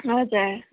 हजुर